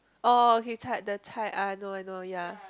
oh okay cha~ the cai I know I know ya